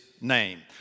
name